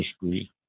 history